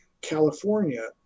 California